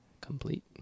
complete